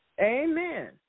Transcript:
Amen